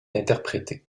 interprété